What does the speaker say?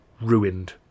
ruined